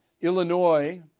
Illinois